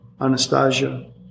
Anastasia